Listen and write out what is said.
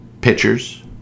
pitchers